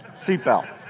seatbelt